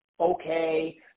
okay